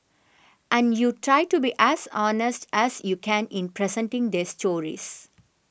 and you try to be as honest as you can in presenting their stories